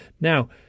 now